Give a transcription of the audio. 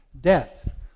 Debt